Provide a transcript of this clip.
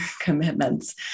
commitments